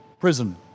prison